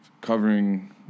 covering